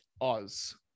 Oz